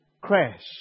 crash